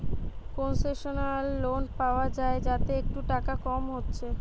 concessional loan পায়া যায় যাতে একটু টাকা কম হচ্ছে